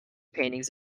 paintings